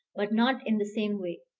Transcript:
but not in the same way.